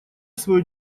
свое